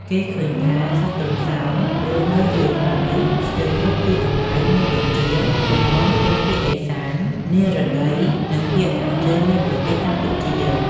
គេឃើញថា សត្វទន្សោងរស់នៅរាយប៉ាយស្ទើរគ្រប់ទីកន្លែងមានដូចជា តំបន់ភូមិភាគឦសាន និរតី និងភាគខាងជើង នៃប្រទេសកម្ពុជា។